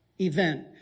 event